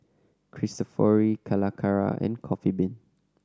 Cristofori Calacara and Coffee Bean